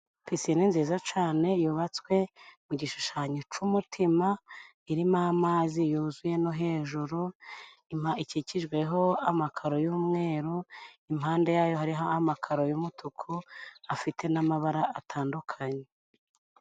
Pisine nziza cane yubatswe mu gishushanyo c'umutima, irimo amazi yuzuye no hejuru. Ikikijweho amakaro y'umweru, impande yayo hari amakaro y'umutuku afite n'amabara atandukanye.